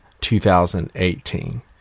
2018